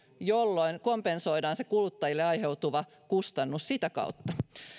jolloin kompensoidaan se kuluttajille aiheutuva kustannus sitä kautta